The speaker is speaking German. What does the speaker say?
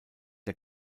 der